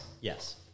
Yes